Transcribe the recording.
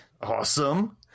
Awesome